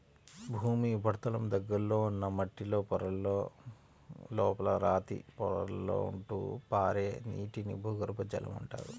భూమి ఉపరితలం దగ్గరలో ఉన్న మట్టిలో పొరలలో, లోపల రాతి పొరలలో ఉంటూ పారే నీటిని భూగర్భ జలం అంటారు